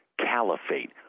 Caliphate